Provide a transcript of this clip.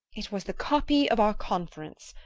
it was the copy of our conference.